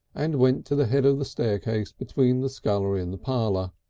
and went to the head of the staircase between the scullery and the parlour.